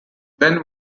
then